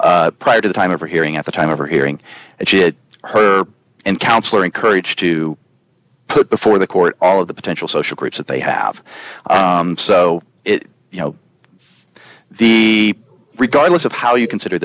prior to the time of her hearing at the time of her airing and she had her and counsellor encouraged to put before the court all of the potential social groups that they have so you know the regardless of how you consider